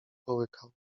połykał